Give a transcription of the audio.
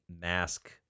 mask